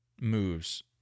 moves